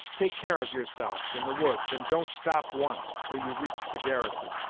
take care of yourself in the woods, and don't stop once, til you reach the garrison.